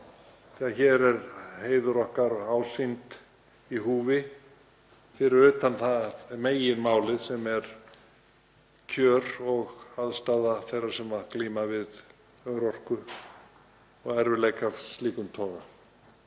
hluti. Hér er heiður okkar og ásýnd í húfi, fyrir utan meginmálið sem er kjör og aðstaða þeirra sem glíma við örorku og erfiðleika af slíkum toga.